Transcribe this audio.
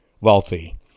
wealthy